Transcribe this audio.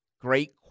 Great